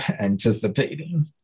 anticipating